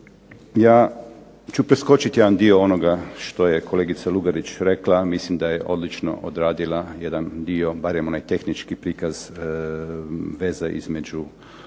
Ja ću preskočiti jedan dio onoga što je kolegica Lugarić rekla, mislim da je odlično odradila jedan dio barem onaj tehnički prikaz veza između ovog